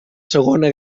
segona